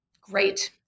Great